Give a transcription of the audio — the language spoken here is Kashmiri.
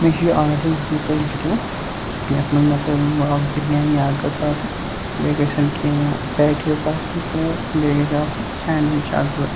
مےٚ چھِ یہِ آرڈَر یُس بہٕ تۄہہِ دِتوٕ یَتھ منٛز مےٚ تۄہہِ ؤنمَو اَکھ بریانی اَکھ گٔژھ آسٕنۍ بیٚیہِ گژھَن کیٚنہہ پٮ۪ٹیٖز آسٕنۍ تہٕ بیٚیہِ گژھِ آسُن سینڈوِچ اَکھ زٕ